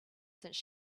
since